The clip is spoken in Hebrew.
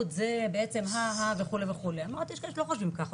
זה בעצם הא הא וכו' שיש אנשים שלא חושבים ככה,